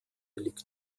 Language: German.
liegt